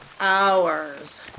hours